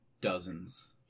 Dozens